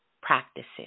practices